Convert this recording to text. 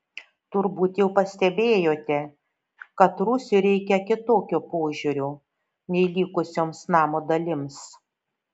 turbūt jau pastebėjote kad rūsiui reikia kitokio požiūrio nei likusioms namo dalims